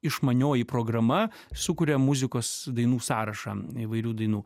išmanioji programa sukuria muzikos dainų sąrašą įvairių dainų